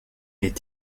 est